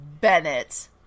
Bennett